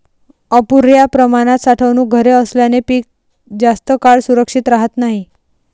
अपुर्या प्रमाणात साठवणूक घरे असल्याने पीक जास्त काळ सुरक्षित राहत नाही